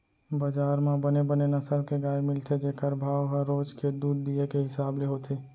बजार म बने बने नसल के गाय मिलथे जेकर भाव ह रोज के दूद दिये के हिसाब ले होथे